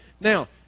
Now